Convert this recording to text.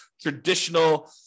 traditional